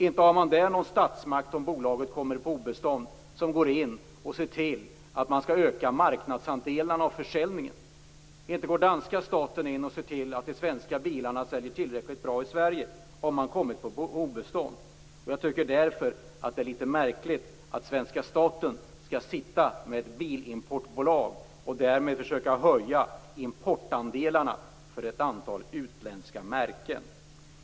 Inte finns det någon statsmakt som går in och ser till att marknadsandelarna och försäljningen ökar om bolaget kommer på obestånd! Inte går danska staten in och ser till att de svenska bilarna säljer bra i Sverige! Jag tycker därför att det är litet märkligt att svenska staten skall sitta med ett bilimportbolag och försöka höja importandelarna för ett antal utländska märken.